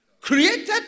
created